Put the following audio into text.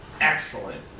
excellent